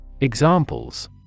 Examples